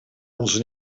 onze